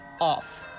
off